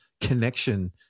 connection